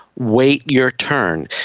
wait your turn.